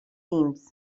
teams